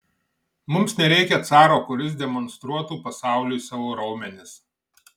mums nereikia caro kuris demonstruotų pasauliui savo raumenis